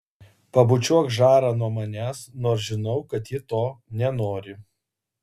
pabučiuok žarą nuo manęs nors žinau kad ji to nenori